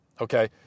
Okay